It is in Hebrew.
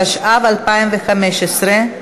התשע"ו 2015,